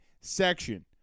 section